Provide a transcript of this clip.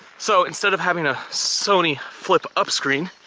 so, instead of having a sony flip up screen,